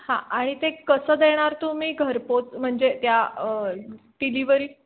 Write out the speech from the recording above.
हां आणि ते कसं देणार तुम्ही घरपोच म्हणजे त्या डिलिव्हरी